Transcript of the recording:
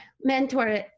mentor